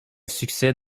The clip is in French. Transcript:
succès